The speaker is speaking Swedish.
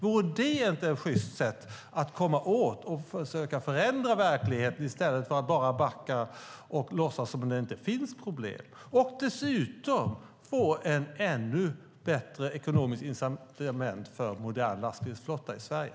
Vore inte det ett sjyst sätt att komma åt det här och försöka förändra verkligheten i stället för att bara backa och låtsas som att det inte finns problem? Dessutom kan vi få ett ännu bättre ekonomiskt incitament för en modern lastbilsflotta i Sverige.